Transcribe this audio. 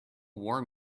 war